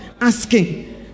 Asking